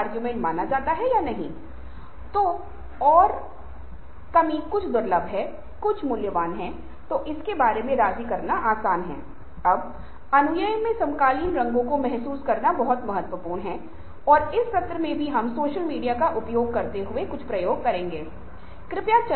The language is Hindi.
तो आप शिक्षा समझ या कमी के माध्यमों से तरीकों का पता लगा सकते हैं और आप हर समय अपने पेशेवर योग्यता को बेहतर बनाने का प्रयास कर सकते हैं